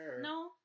No